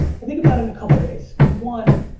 i think about it in a couple of ways. one,